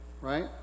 right